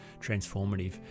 transformative